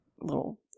little